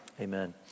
Amen